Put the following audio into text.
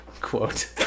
quote